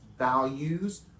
values